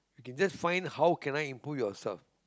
you can just find how can I improve yourself